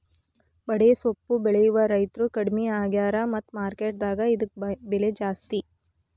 ಬಡೆಸ್ವಪ್ಪು ಬೆಳೆಯುವ ರೈತ್ರು ಕಡ್ಮಿ ಆಗ್ಯಾರ ಮತ್ತ ಮಾರ್ಕೆಟ್ ದಾಗ ಇದ್ಕ ಬೆಲೆ ಜಾಸ್ತಿ